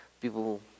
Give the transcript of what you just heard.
people